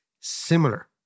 similar